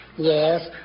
Yes